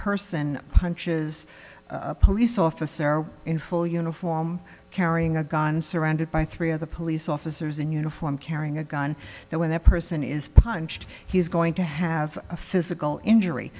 person punches a police officer in full uniform carrying a gun surrounded by three of the police officers in uniform carrying a gun that when that person is punched he's going to have a physical injury